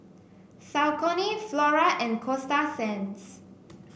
Saucony Flora and Coasta Sands